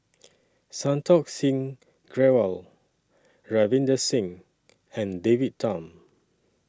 Santokh Singh Grewal Ravinder Singh and David Tham